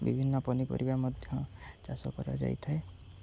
ବିଭିନ୍ନ ପନିପରିବା ମଧ୍ୟ ଚାଷ କରାଯାଇଥାଏ